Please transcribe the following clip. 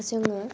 जोङो